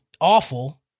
awful